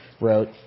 wrote